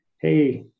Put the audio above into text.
hey